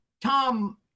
Tom